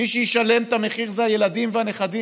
מי שישלם את המחיר זה הילדים והנכדים,